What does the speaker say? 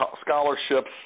scholarships